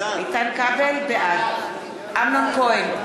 כבל, בעד אמנון כהן,